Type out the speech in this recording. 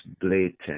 blatant